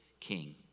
King